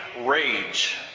rage